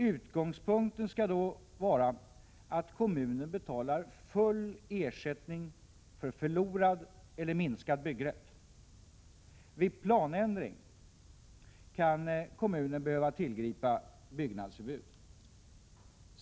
Utgångspunkten skall då vara att kommunen betalar full ersättning för förlorad eller minskad byggrätt. Vid planändring kan kommunen behöva tillgripa byggnadsförbud.